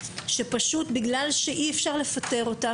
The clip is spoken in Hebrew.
שבגלל שאי אפשר לפטר אותם,